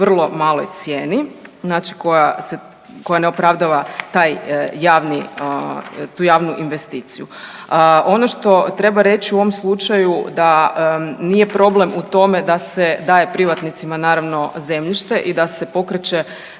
vrlo maloj cijeni koja ne opravdava tu javnu investiciju. Ono što treba reći u ovom slučaju da nije problem u tome da se daje privatnicima naravno zemljište i da se pokreće